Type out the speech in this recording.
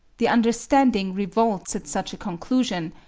the understanding revolts at such a conclusion,